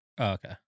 okay